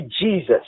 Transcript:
Jesus